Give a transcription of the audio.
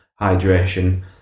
hydration